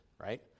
right